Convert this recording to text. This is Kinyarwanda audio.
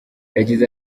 yagize